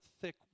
thick